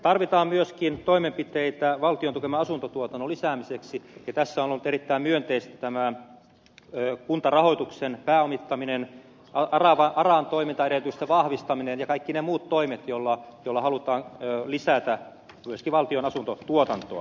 tarvitaan myöskin toimenpiteitä valtion tukeman asuntotuotannon lisäämiseksi ja tässä on ollut erittäin myönteistä tämä kuntarahoituksen pääomittaminen aran toimintaedellytysten vahvistaminen ja kaikki ne muut toimet joilla halutaan lisätä myöskin valtion asuntotuotantoa